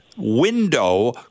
window